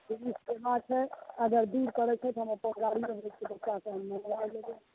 free सेवा छै अगर डील करै छै तऽ हम अपन गाड़ी बच्चासँ हमे लए लबै